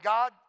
God